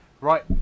Right